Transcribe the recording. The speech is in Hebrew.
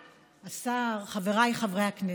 השר, חבריי חברי הכנסת,